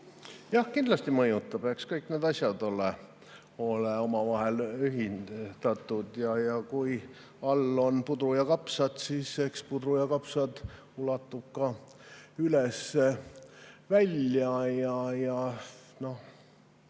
Jah, kindlasti mõjutab. Eks kõik need asjad ole omavahel ühendatud. Kui all on pudru ja kapsad, siis eks pudru ja kapsad ulatuvad ka üles välja.